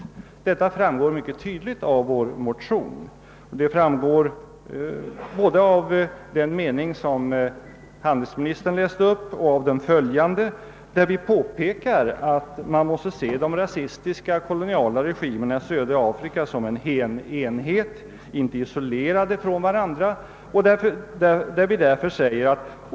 Detta framgår både av den mening som handelsministern läste upp och av de följande, där det heter: »De rasistiska och koloniala regimerna i södra Afrika kan knappast ses isolerade från varandra, utan måste betraktas som en enhet.